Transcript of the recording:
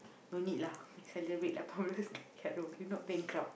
no need lah I celebrate the cannot if not bankrupt